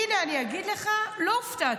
הינה, אני אגיד לך, לא הופתעתי.